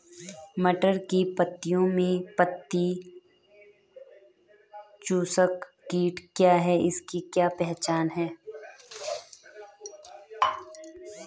मटर की पत्तियों में पत्ती चूसक कीट क्या है इसकी क्या पहचान है?